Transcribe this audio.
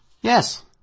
Yes